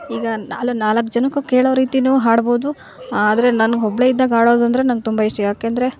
ಈಗ ನಾಲ್ಕು ನಾಲ್ಕು ಜನಕ್ಕು ಕೇಳೋ ರೀತಿ ಹಾಡ್ಬೌದು ಆದರೆ ನನ್ಗೆ ಒಬ್ಬಳೇ ಇದ್ದಾಗ ಹಾಡೋದು ಅಂದರೆ ನಂಗೆ ತುಂಬ ಇಷ್ಟ ಯಾಕಂದ್ರೆ